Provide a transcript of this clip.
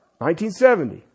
1970